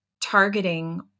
targeting